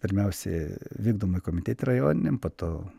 pirmiausia vykdomi komitete rajoniniam po to